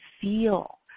feel